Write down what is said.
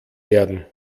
werden